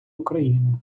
україни